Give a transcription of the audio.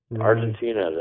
Argentina